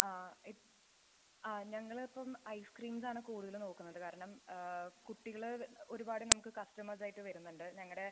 ആ ഇപ് ആ ഞങ്ങളിപ്പം ഐസ്ക്രീംസ് ആണ് കൂടുതൽ നോക്കുന്നത് കാരണം കുട്ടികൾ ഒരുപാട് നമുക്ക് കസ്റ്റമേഴ്സ് ആയിട്ട് വരുന്നുണ്ട് ഞങ്ങളുടെ